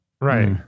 right